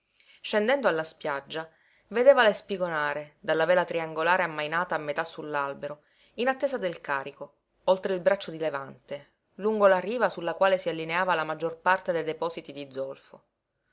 scendendo alla spiaggia vedeva le spigonare dalla vela triangolare ammainata a metà su l'albero in attesa del carico oltre il braccio di levante lungo la riva sulla quale si allineava la maggior parte dei depositi di zolfo